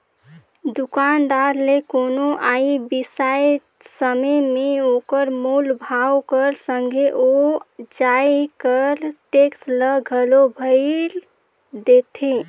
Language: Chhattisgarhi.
दुकानदार ले कोनो जाएत बिसाए समे में ओकर मूल भाव कर संघे ओ जाएत कर टेक्स ल घलो भइर देथे